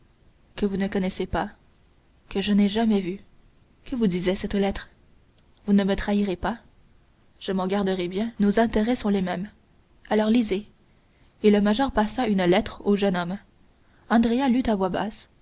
que vous ne connaissez pas que je n'ai jamais vu que vous disait cette lettre vous ne me trahirez pas je m'en garderai bien nos intérêts sont les mêmes alors lisez et le major passa une lettre au jeune homme andrea lut à voix basse